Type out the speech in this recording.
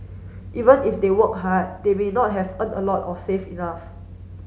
even if they work hard they may not have earn a lot or save enough